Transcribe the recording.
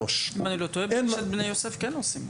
אם אני לא טועה נראה לי שבני יוסף כן עושים.